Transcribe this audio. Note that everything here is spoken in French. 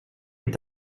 est